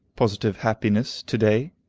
positive happiness to-day,